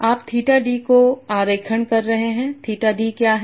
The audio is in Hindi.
आप थीटा d को आरेखण कर रहे हैं थीटा d क्या है